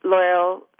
loyal